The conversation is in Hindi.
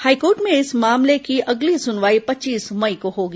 हाईकोर्ट में इस मामले की अगली सुनवाई पच्चीस मई को होगी